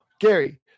Gary